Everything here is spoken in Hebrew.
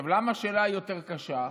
למה השאלה היא יותר קשה?